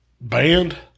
Band